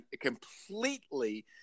completely